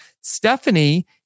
Stephanie